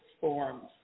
forms